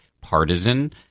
partisan